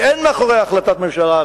שאין מאחוריה החלטת ממשלה,